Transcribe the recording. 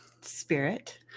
spirit